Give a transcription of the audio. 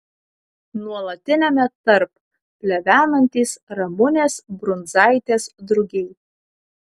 nuolatiniame tarp plevenantys ramunės brundzaitės drugiai